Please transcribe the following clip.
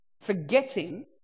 forgetting